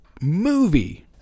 movie